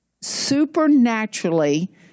supernaturally